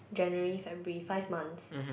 January February five months